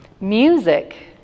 music